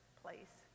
place